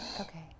Okay